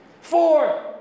Four